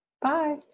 Bye